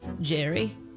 Jerry